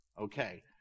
Okay